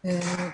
הסביבה.